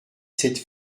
cette